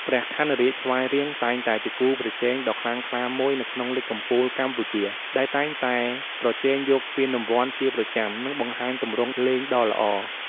ព្រះខ័នរាជស្វាយរៀងតែងតែជាគូប្រជែងដ៏ខ្លាំងក្លាមួយនៅក្នុងលីគកំពូលកម្ពុជា ដែលតែងតែប្រជែងយកពានរង្វាន់ជាប្រចាំ និងបង្ហាញទម្រង់លេងដ៏ល្អ។